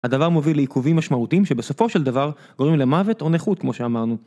הדבר מוביל לעיכובים משמעותיים שבסופו של דבר גורמים למוות או נכות כמו שאמרנו.